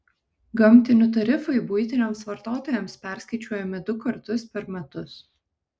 gamtinių tarifai buitiniams vartotojams perskaičiuojami du kartus per metus